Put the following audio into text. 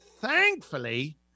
thankfully